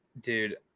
dude